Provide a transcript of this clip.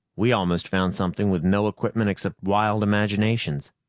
we almost found something with no equipment except wild imaginations.